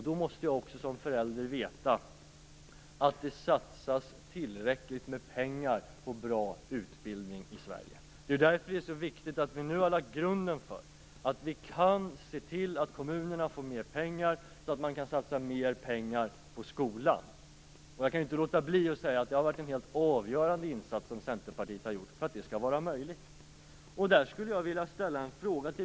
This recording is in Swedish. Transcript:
Då måste jag också som förälder veta att det satsas tillräckligt med pengar på bra utbildning i Sverige. Därför är det så viktigt att vi nu lägger grunden för att kommunerna skall få mer pengar för att kunna satsa mer pengar på skolan. Jag kan inte låta bli att säga att det är en helt avgörande insats som Centerpartiet gjort för att detta skall bli möjligt.